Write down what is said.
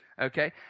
okay